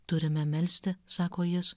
turime melsti sako jis